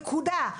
נקודה.